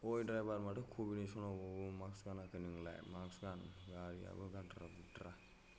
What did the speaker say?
अय द्रायभार माथो कभिदनि समावबाबो मास्क गानाखै नोंलाय मास्क गान गारियाबो गाद्रा गुद्रा